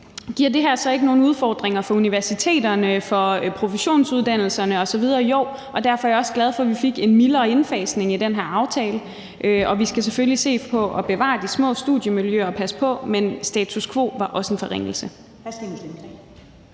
Giver det her så ikke nogle udfordringer for universiteterne, for professionsuddannelserne osv.? Jo, det gør det. Derfor er jeg også glad for, at vi fik en mildere indfasning med den her aftale. Vi skal selvfølgelig se på at bevare de små studiemiljøer og passe på, men status quo ville også være en forringelse.